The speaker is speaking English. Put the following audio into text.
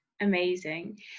Amazing